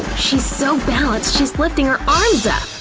she's so balanced she's lifting her arms up!